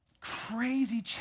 crazy